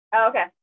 Okay